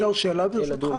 אפשר שאלה, ברשותך?